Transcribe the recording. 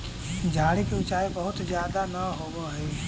झाड़ि के ऊँचाई बहुत ज्यादा न होवऽ हई